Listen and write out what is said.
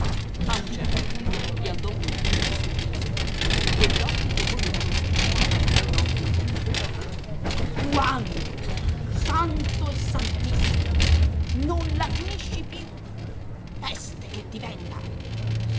a un certo punto gli andò coi pugni sul viso cogli occhi che volevano schizzargli dall'orbita quando santo e santissimo non la finisci più peste che ti venga